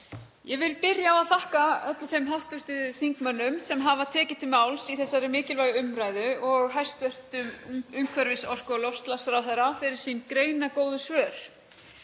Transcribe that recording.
Ég vil byrja á að þakka öllum þeim hv. þingmönnum sem hafa tekið til máls í þessari mikilvægu umræðu og hæstv. umhverfis-, orku- og loftslagsráðherra fyrir sín greinargóðu svör.